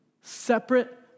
separate